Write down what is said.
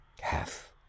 half